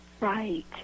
Right